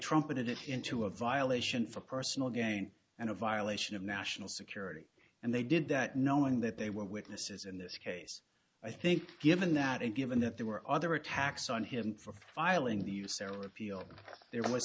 trumpeted it into a violation for personal gain and a violation of national security and they did that knowing that they were witnesses in this case i think given that and given that there were other attacks on him for filing the usera repeal there was